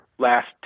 Last